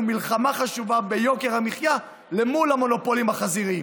מלחמה חשובה ביוקר המחיה אל מול המונופולים החזיריים.